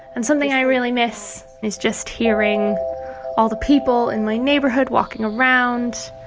and something i really miss is just hearing all the people in my neighborhood walking around.